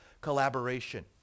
collaboration